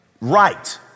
right